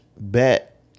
bet